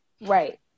Right